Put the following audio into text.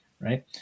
Right